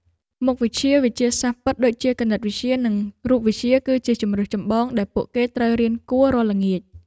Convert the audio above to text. មុខវិជ្ជាវិទ្យាសាស្ត្រពិតដូចជាគណិតវិទ្យានិងរូបវិទ្យាគឺជាជម្រើសចម្បងដែលពួកគេត្រូវរៀនគួររាល់ល្ងាច។